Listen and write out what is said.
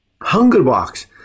Hungerbox